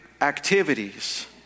activities